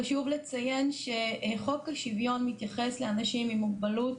חשוב לציין שחוק השוויון מתייחס לאנשים עם מוגבלות